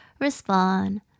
respond